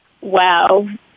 wow